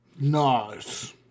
Nice